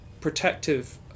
protective